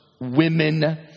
women